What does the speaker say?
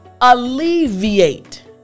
alleviate